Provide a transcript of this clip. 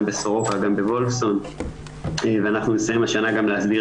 גם בסורוקה וגם בוולפסון ואנחנו נסיים השנה גם להסדיר